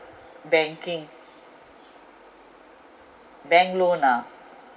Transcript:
banking bank loan ah